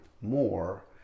more